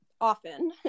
often